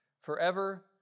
forever